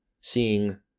seeing